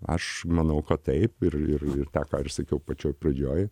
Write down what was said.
aš manau kad taip ir ir ir tą ką ir sakiau pačioj pradžioj